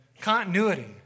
continuity